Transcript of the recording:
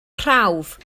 prawf